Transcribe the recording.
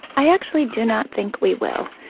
i actually do not think we will.